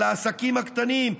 על העסקים הקטנים,